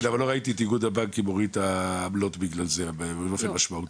אבל לא ראיתי את איגוד הבנקים מוריד את העמלות בגלל זה באופן משמעותי.